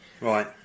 Right